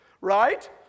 Right